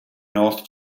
north